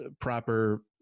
proper